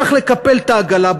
צריך לקפל את העגלה,